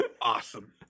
Awesome